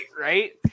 right